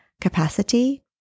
capacity